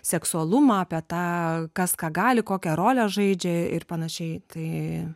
seksualumą apie tą kas ką gali kokią rolę žaidžia ir panašiai tai